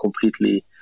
completely